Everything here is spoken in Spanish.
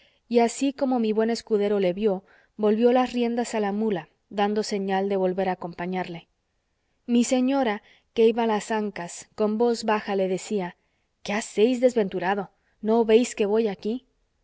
y así como mi buen escudero le vio volvió las riendas a la mula dando señal de volver a acompañarle mi señora que iba a las ancas con voz baja le decía qué hacéis desventurado no veis que voy aquí